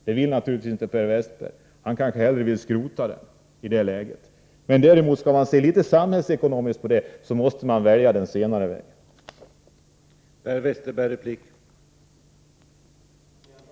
Det vill naturligtvis inte Per Westerberg. Han kanske hellre vill skrota den i det läget. Men skall man se samhällsekonomiskt på detta måste man välja den senare vägen, dvs. att ge den en större andel av hemmamarknaden.